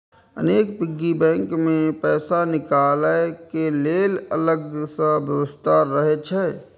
अनेक piggy bank मे पैसा निकालै के लेल अलग सं व्यवस्था रहै छै